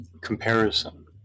comparison